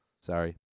Sorry